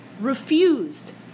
refused